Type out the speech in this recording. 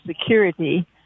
Security